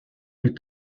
plus